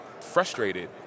frustrated